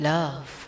Love